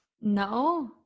No